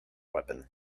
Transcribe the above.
weapon